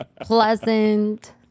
pleasant